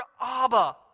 Abba